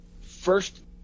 first